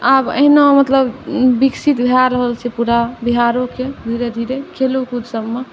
आब अहिना मतलब विकसित भऽ रहल छै पूरा बिहारोके धीरे धीरे खेलोकूद सबमे